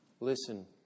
Listen